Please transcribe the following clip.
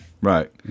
Right